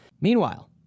Meanwhile